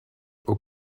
aux